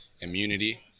immunity